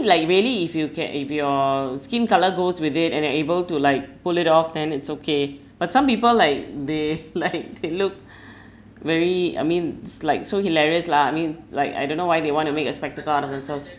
like really if you can if your skin colour goes with it and they're able to like pull it off then it's okay but some people like they like they look very I mean it's like so hilarious lah I mean like I don't know why they want to make a spectacle out of themselves